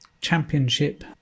championship